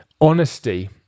honesty